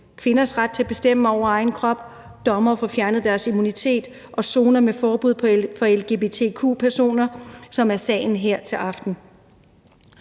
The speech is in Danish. ikke ret til at bestemme over egen krop, dommere får fjernet deres immunitet, og der er zoner med forbud for lgbtq-personer, som er sagen her til aften.